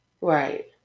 right